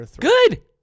good